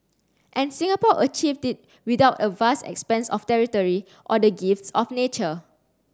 and Singapore achieved it without a vast expanse of territory or the gifts of nature